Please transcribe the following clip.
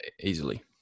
Easily